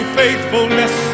faithfulness